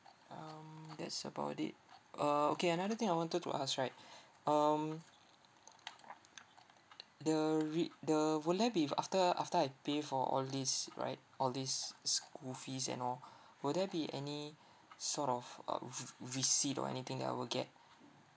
um that's about it uh okay another thing I wanted to ask right um the re~ the will I be after after I pay for all these right all these school fees and all will there be any sort of receipt or anything that I will get